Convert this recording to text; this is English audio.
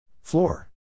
Floor